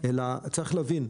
צריך להבין,